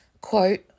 Quote